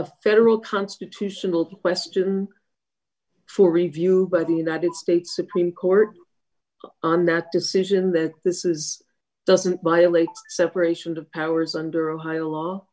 a federal constitutional question for review by the united states supreme court and that decision that this is doesn't violate separation of powers under ohio law